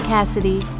Cassidy